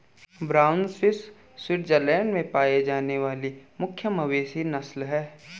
brown Swiss Switzerland में पाई जाने वाली मुख्य मवेशी नस्ल है